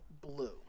Blue